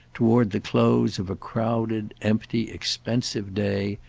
toward the close of a crowded empty expensive day,